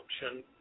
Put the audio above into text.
function